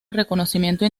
reconocimiento